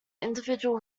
individual